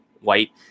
white